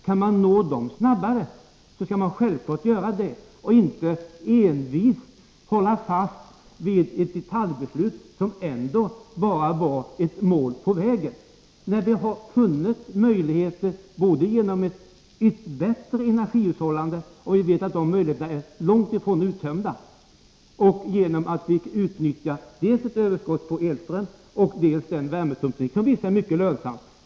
Kan man nå dem snabbare, skall man självfallet försöka göra det och inte envist hålla fast vid ett detaljbeslut, som ändå bara var ett mål på vägen. Det finns ju möjligheter både genom bättre energihushållande — vi vet att de möjligheterna är långt ifrån uttömda — och genom utnyttjande av dels överskottet på elström, dels värmepumpstekniken, som visat sig mycket lönsam.